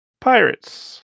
pirates